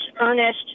earnest